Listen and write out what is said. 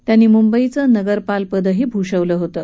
त्यांनी मंबईचं नगरपाल पदही भूषवलं होतं